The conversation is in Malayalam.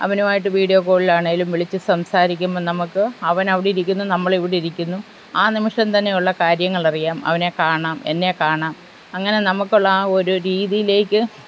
അവനുമായിട്ട് വീഡിയോ കോളിലാണെങ്കിലും വിളിച്ച് സംസാരിക്കുമ്പം നമുക്ക് അവൻ അവിടെയിരിക്കുന്നു നമ്മൾ ഇവിടെയിരിക്കുന്നു ആ നിമിഷം തന്നെയുള്ള കാര്യങ്ങളറിയാം അവനെ കാണാം എന്നെ കാണാം അങ്ങനെ നമുക്കുള്ള ആ ഒരു രീതീലേക്ക്